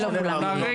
ולא כולם מגיעים.